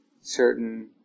certain